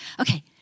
Okay